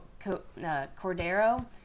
Cordero